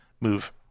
move